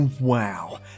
Wow